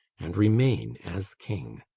and remain as king.